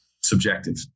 Subjective